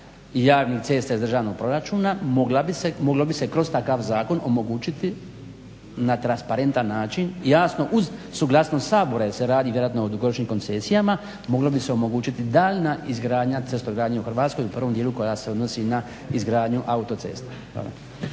javnih cesta iz državnog proračuna moglo bi se kroz takav zakon omogućiti na transparentan način jasno uz suglasnost Sabora jer se radi vjerojatno o dugoročnim koncesijama mogla bi se omogućiti daljnja izgradnja cestogradnje u Hrvatskoj, u prvom dijelu koja se odnosi na izgradnju autocesta.